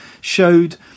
showed